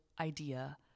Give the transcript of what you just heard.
idea